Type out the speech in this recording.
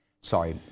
Sorry